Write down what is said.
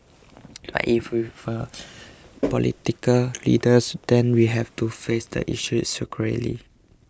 but if we are political leaders then we have to face the issue squarely